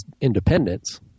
Independence